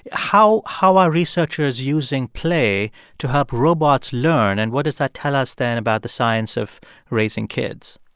how how are researchers using play to help robots learn, and what does that tell us then about the science of raising kids?